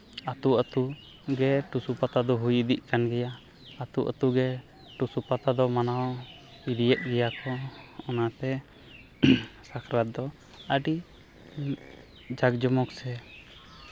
ᱟᱛᱳ ᱟᱛᱳ ᱜᱮ ᱴᱩᱥᱩᱱ ᱯᱟᱛᱟ ᱫᱚ ᱦᱳᱭ ᱤᱫᱤᱜ ᱠᱟᱱ ᱜᱮᱭᱟ ᱟᱛᱳ ᱟᱛᱳ ᱜᱮ ᱴᱩᱥᱩ ᱯᱟᱛᱟ ᱫᱚ ᱢᱟᱱᱟᱣ ᱤᱫᱤᱭᱮᱫ ᱜᱮᱭᱟ ᱠᱚ ᱚᱱᱟᱛᱮ ᱥᱟᱠᱨᱟᱛ ᱫᱚ ᱟᱹᱰᱤ ᱡᱟᱠ ᱡᱚᱢᱚᱠ ᱥᱮ